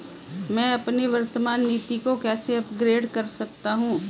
मैं अपनी वर्तमान नीति को कैसे अपग्रेड कर सकता हूँ?